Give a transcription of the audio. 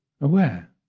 aware